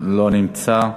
לא נמצא,